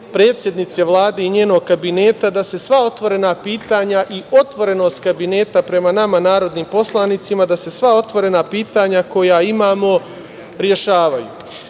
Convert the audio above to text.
predsednice Vlade i njenog Kabineta da se sva otvorena pitanja i otvorenost Kabineta prema nama narodnim poslanicima, da se sva otvorena pitanja koja imamo rešavaju. Pitanje